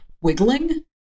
wiggling